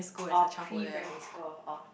oh pre primary school oh